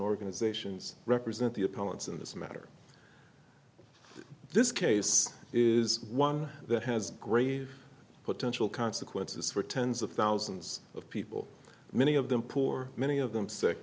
organizations represent the opponents in this matter this case is one that has great potential consequences for tens of thousands of people many of them poor many of them sick